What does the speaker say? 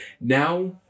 Now